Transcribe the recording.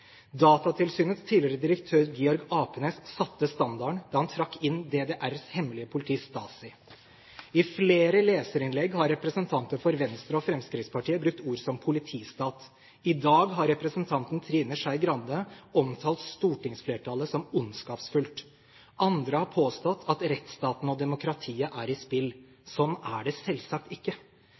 Datatilsynets tidligere direktør Georg Apenes satte standarden da han trakk inn DDRs hemmelige politi Stasi. I flere leserinnlegg har representanter for Venstre og Fremskrittspartiet brukt ord som «politistat». I dag har representanten Trine Skei Grande omtalt stortingsflertallet som «ondskapsfullt». Andre har påstått at rettsstaten og demokratiet er i spill. Sånn er det selvsagt ikke!